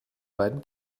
beiden